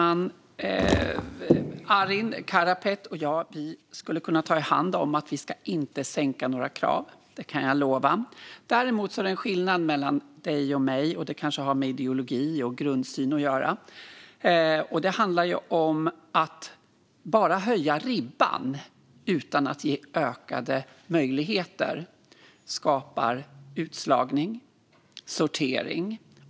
Fru talman! Arin Karapet och jag skulle kunna ta i hand på att vi inte ska sänka några krav; det kan jag lova. Däremot finns det en skillnad mellan Arin Karapet och mig, och den kanske har med ideologi och grundsyn att göra. Att bara höja ribban utan att ge ökade möjligheter skapar utslagning och sortering.